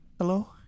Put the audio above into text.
hello